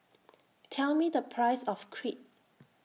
Tell Me The Price of Crepe